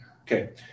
okay